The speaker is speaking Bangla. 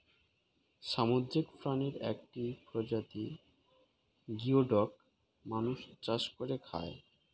সামুদ্রিক প্রাণীর একটি প্রজাতি গিওডক মানুষ চাষ করে খায়